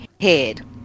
head